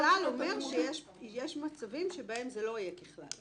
ה"ככלל" אומר שיש מצבים שבהם זה לא יהיה ככלל.